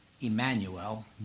Emmanuel